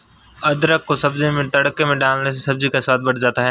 अदरक को सब्जी में तड़के में डालने से सब्जी का स्वाद बढ़ जाता है